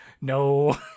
no